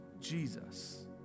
Jesus